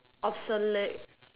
obsolete